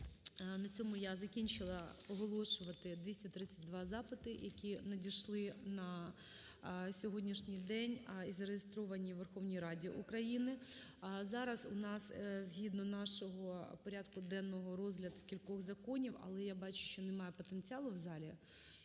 на цьому я закінчила оголошувати 232 запити, які надійшли на сьогоднішній день і зареєстровані у Верховній Раді України. А зараз у нас згідно нашого порядку денного розгляд кількох законів, але я бачу, що немає потенціалу в залі